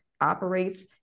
operates